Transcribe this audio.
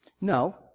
No